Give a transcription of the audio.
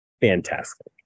fantastic